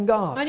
God